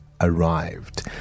arrived